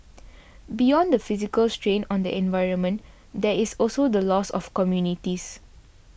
beyond the physical strain on the environment there is also the loss of communities